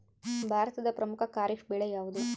ಭಾರತದ ಪ್ರಮುಖ ಖಾರೇಫ್ ಬೆಳೆ ಯಾವುದು?